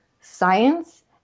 science